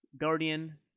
Guardian